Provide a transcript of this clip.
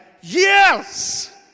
yes